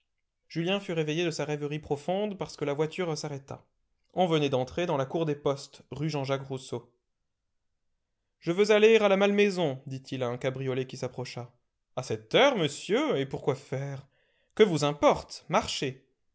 julien fut réveillé de sa rêverie profonde parce que la voiture s'arrêta on venait d'entrer dans la cour des postes rue j j rousseau je veux aller à la malmaison dit-il à un cabriolet qui s'approcha a cette heure monsieur et pour quoi faire que vous importe marchez